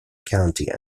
county